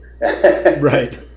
right